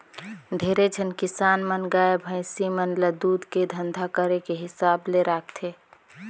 ढेरे झन किसान मन गाय, भइसी मन ल दूद के धंधा करे के हिसाब ले राखथे